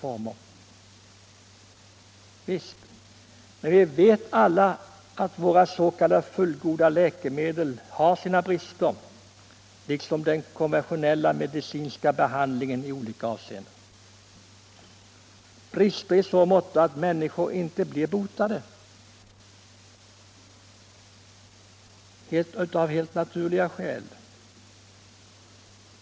Visst — men vi vet alla att våra s.k. fullgoda läkemedel har sina brister liksom den konventionella medicinska behandlingen i olika avseenden, brister i så måtto att alla sjuka människor inte blir botade av helt naturliga skäl.